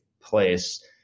place